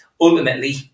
ultimately